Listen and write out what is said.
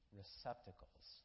receptacles